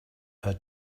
her